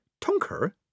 Tonker